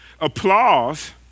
applause